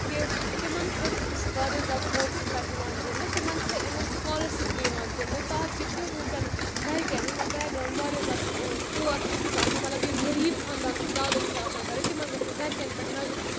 کہِ تِمَن خٲطرٕ تہِ چھِ واریاہ زیادٕ کورسٕز تَتہِ یِوان دِنہٕ تِمن چھےٚ اِوَن سُکالرشِپ تہِ یِوان دِنہٕ تاکہِ تِہنٛدؠن گرِکؠن یِمَن بیک گرٛاوُنٛڈ واریاہ زیادٕ پُعَر چھُ آسان مطلب یِم غریٖب خاندان سۭتۍ تعلُق چھِ آسان کَرٕنۍ تِمن گژھِ نہٕ گرِکؠن پؠٹھ نظر